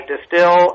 distill